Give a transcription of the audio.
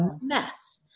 mess